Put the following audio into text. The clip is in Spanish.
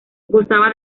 gozaba